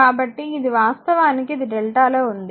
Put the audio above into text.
కాబట్టి ఇది వాస్తవానికి ఇది డెల్టాలో ఉంది